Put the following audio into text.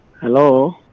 Hello